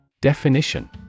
Definition